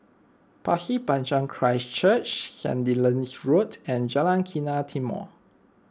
Pasir Panjang Christ Church Sandilands Road and Jalan Kilang Timor